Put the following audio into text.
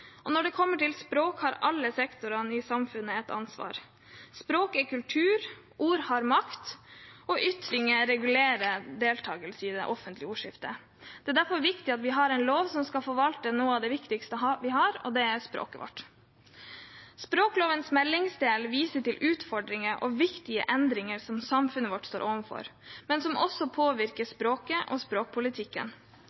Når det gjelder språk, har alle sektorene i samfunnet et ansvar. Språk er kultur, ord har makt, og ytringer regulerer deltakelse i det offentlige ordskiftet. Det er derfor viktig at vi har en lov som skal forvalte noe av det viktigste vi har, og det er språket vårt. Språklovens meldingsdel viser til utfordringer og viktige endringer som samfunnet vårt står overfor, men som også påvirker